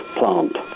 plant